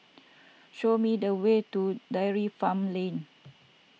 show me the way to Dairy Farm Lane